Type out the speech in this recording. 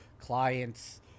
clients